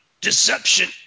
deception